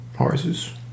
horses